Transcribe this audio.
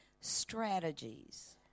strategies